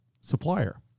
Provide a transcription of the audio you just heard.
supplier